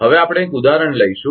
હવે આપણે એક ઉદાહરણ લઈશું